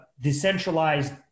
decentralized